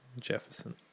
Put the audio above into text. Jefferson